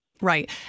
Right